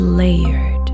layered